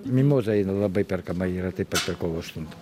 mimoza eina labai perkama yra paip pat per kovo aštuntą